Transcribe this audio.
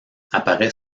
apparaît